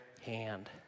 hand